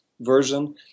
version